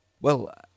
Well